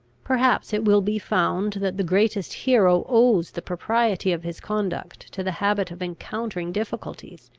perhaps it will be found that the greatest hero owes the propriety of his conduct to the habit of encountering difficulties,